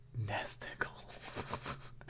Nesticle